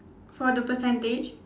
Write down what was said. for the percentage